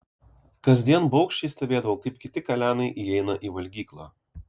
kasdien baugščiai stebėdavau kaip kiti kalenai įeina į valgyklą